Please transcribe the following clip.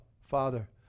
Father